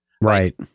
right